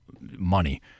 money